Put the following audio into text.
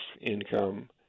income